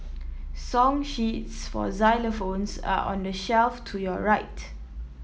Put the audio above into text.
song sheets for xylophones are on the shelf to your right